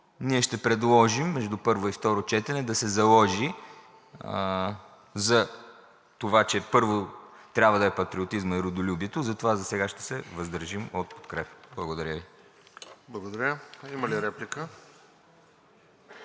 ние ще предложим между първо и второ четене да се заложи за това, че първо трябва да са патриотизмът и родолюбието и затова сега ще се въздържим от подкрепа. Благодаря Ви. ПРЕДСЕДАТЕЛ РОСЕН